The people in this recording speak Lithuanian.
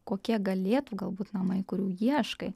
kokie galėtų galbūt namai kurių ieškai